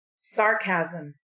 sarcasm